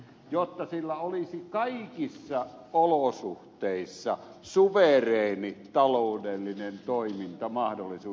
jotta sillä olisi kaikissa olosuhteissa suvereeni taloudellinen toimintamahdollisuus